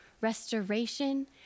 restoration